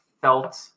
felt